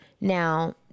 Now